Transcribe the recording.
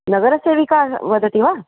नगरसेविका वदति वा